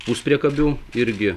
puspriekabių irgi